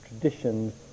traditions